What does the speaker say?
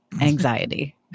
anxiety